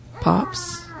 Pops